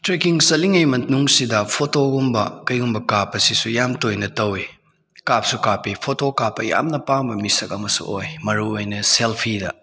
trekking ꯆꯠꯂꯤꯉꯩ ꯃꯅꯨꯡꯁꯤꯗ ꯐꯣꯇꯣꯒꯨꯝꯕ ꯀꯔꯤꯒꯨꯝꯕ ꯀꯥꯞꯄꯁꯤꯁꯨ ꯌꯥꯝ ꯇꯣꯏꯅ ꯇꯧꯏ ꯀꯥꯞꯁꯨ ꯀꯥꯞꯄꯤ ꯐꯣꯇꯣ ꯀꯥꯞꯄ ꯌꯥꯝꯅ ꯄꯥꯝꯕ ꯃꯤꯁꯛ ꯑꯃꯁꯨ ꯑꯣꯏ ꯃꯔꯨ ꯑꯣꯏꯅ ꯁꯦꯜꯐꯤꯗ